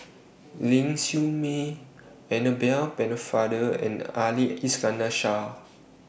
Ling Siew May Annabel Pennefather and Ali Iskandar Shah